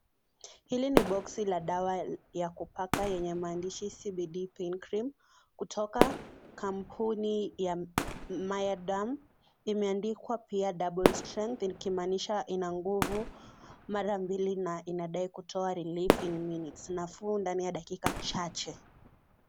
Hili ni boksi la dawa ya kupaka yenye maandishi CBD pain cream kutoka kampuni ya Mayerderm imeandikwa pia double strength ikimaanisha ina nguvu mara mbili na inadai kutoa releif in munutes nafuu ndani ya dakika chache.